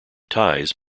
ties